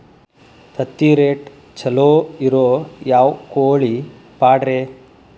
ತತ್ತಿರೇಟ್ ಛಲೋ ಇರೋ ಯಾವ್ ಕೋಳಿ ಪಾಡ್ರೇ?